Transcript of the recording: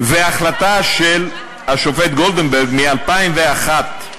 והחלטה של השופט גולדברג מ-2001,